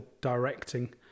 directing